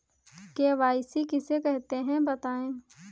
KYC किसे कहते हैं बताएँ?